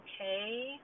okay